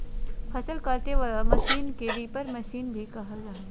फसल काटे वला मशीन के रीपर मशीन भी कहल जा हइ